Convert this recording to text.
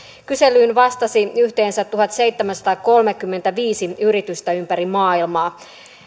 kyselyyn vastasi yhteensä tuhatseitsemänsataakolmekymmentäviisi yritystä ympäri maailmaa